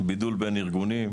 בידול בין-ארגוני,